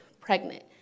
pregnant